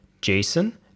jason